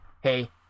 hey